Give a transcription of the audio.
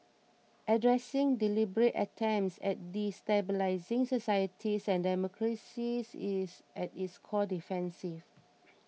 addressing deliberate attempts at destabilising societies and democracies is at its core defensive